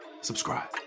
subscribe